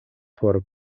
por